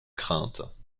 crainte